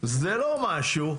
זה לא משהו.